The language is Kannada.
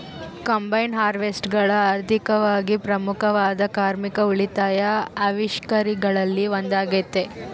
ಕಂಬೈನ್ ಹಾರ್ವೆಸ್ಟರ್ಗಳು ಆರ್ಥಿಕವಾಗಿ ಪ್ರಮುಖವಾದ ಕಾರ್ಮಿಕ ಉಳಿತಾಯ ಆವಿಷ್ಕಾರಗಳಲ್ಲಿ ಒಂದಾಗತೆ